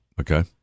Okay